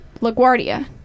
LaGuardia